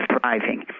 thriving